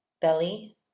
belly